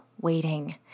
waiting